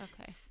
Okay